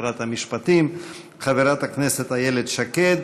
שרת המשפטים חברת הכנסת איילת שקד,